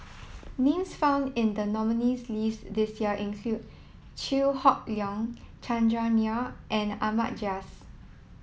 names found in the nominees' list this year include Chew Hock Leong Chandran Nair and Ahmad Jais